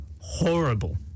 horrible